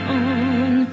on